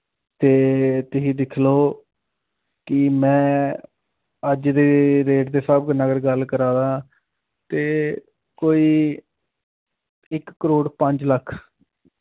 ते तुसी दिक्ख लाओ कि में अज दे रेट दे स्हाब कन्नै अगर गल्ल करां तां ते कोई इक करोड़ पंज लक्ख